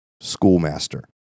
schoolmaster